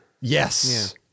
Yes